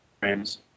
Frames